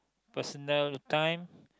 personal time